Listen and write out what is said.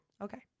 Okay